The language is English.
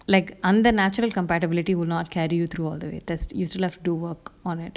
like under natural compatibility will not carry you through all the way that's you still have to work on it